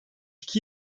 iki